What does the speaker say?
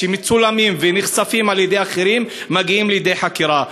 שמצולמים ונחשפים על-ידי אחרים מגיעים לידי חקירה.